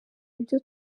ibyo